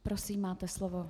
Prosím, máte slovo.